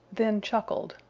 then chuckled.